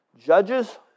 Judges